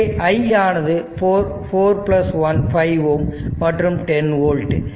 எனவே i ஆனது 415 ohm மற்றும் 10 ஓல்ட்